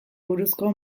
buruzko